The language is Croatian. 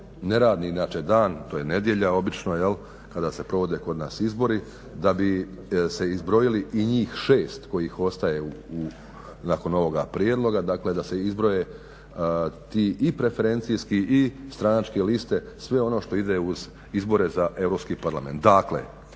neradni inače dan. To je nedjelja obično jel' kada se provode kod nas izbori, da bi se izbrojili i njih 6 kojih ostaje nakon ovoga prijedloga. Dakle, da se izbroje te i preferencijske i stranačke liste i sve ono što ide uz izbore za Europski parlament.